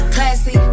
Classy